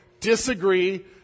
disagree